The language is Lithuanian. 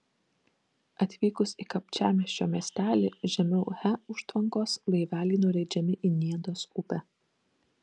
atvykus į kapčiamiesčio miestelį žemiau he užtvankos laiveliai nuleidžiami į niedos upę